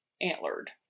antlered